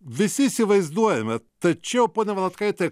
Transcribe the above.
visi įsivaizduojame tačiau pone valatkaite